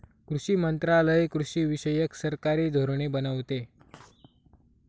कृषी मंत्रालय कृषीविषयक सरकारी धोरणे बनवते